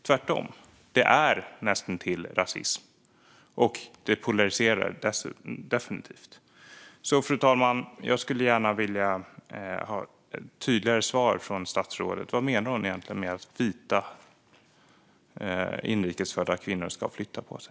Tvärtom är det näst intill rasism, och det polariserar definitivt. Fru talman! Jag skulle därför gärna vilja ha ett tydligare svar från statsrådet. Vad menar hon egentligen med att vita inrikes födda kvinnor ska flytta på sig?